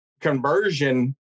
conversion